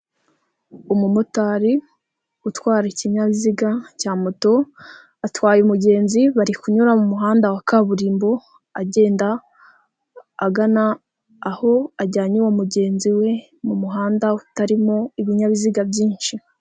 Umumotari utwara ikinyabiziga cya moto, atwaye umugenzi bari kunyura mu muhanda wa kaburimbo agenda agana aho ajyanye uwo mugenzi we, mu muhanda ha utarimo ibinyabiziga byinshi.